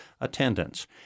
attendance